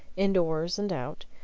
indoors and out,